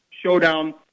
showdown